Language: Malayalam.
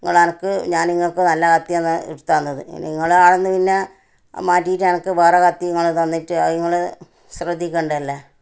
നിങ്ങളനക്ക് ഞാൻ ഇങ്ങൾക്ക് നല്ല കത്തിയാണ് എടുത്ത് തന്നത് നിങ്ങളാണെന്ന് പിന്നെ മാറ്റിയിട്ടനക്ക് വേറെ കത്തി ഇങ്ങൾ തന്നിട്ട് അത് ഇങ്ങൾ ശ്രദ്ധിക്കേണ്ടതല്ലേ